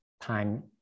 time